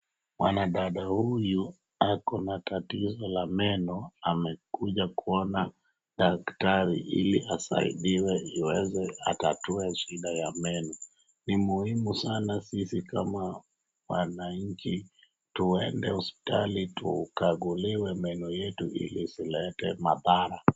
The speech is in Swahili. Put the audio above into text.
Mwanadada huyu ako na tatizo la meno amekuja kuona daktari ili asaidiwe iweze atatue shida ya meno. Ni muhimu sana sisi kama wananchi tuende hospitali tukaguliwe meno yetu ili isilete madhara.